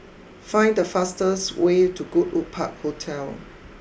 find the fastest way to Goodwood Park Hotel